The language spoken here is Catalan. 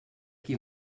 qui